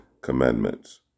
commandments